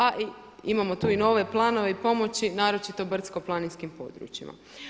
A imamo tu i nove planove i pomoći naročito brdsko-planinskim područjima.